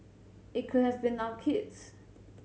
it could have been our kids